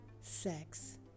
sex